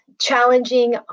challenging